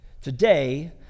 Today